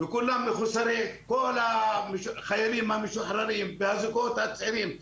כל החיילים המשוחררים והזוגות הצעירים,